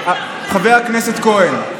חבר הכנסת כהן,